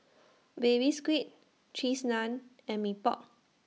Baby Squid Cheese Naan and Mee Pok